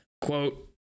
quote